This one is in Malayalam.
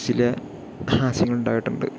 ചില ഹാസ്യങ്ങളുണ്ടായിട്ടുണ്ട്